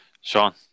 sean